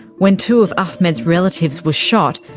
when two of ahmed's relatives were shot,